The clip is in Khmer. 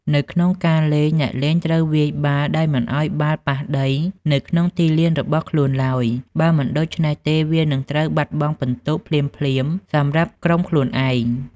នៅក្នុងការលេង អ្នកលេងត្រូវវាយបាល់ដោយមិនឲ្យបាល់ប៉ះដីនៅក្នុងទីលានរបស់ខ្លួនឡើយ បើមិនដូច្នេះទេវានឹងត្រូវបាត់បង់ពិន្ទុភ្លាមៗសម្រាប់ក្រុមខ្លួនឯង។